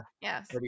Yes